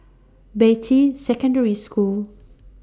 Beatty Secondary School